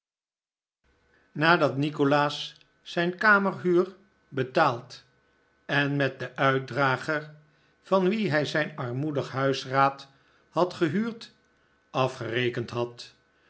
nadat nikolaas zijn kamerhuur betaald en met den uitdrager van wien hij zijn armoedige huisraad had gehuurd afgerekend had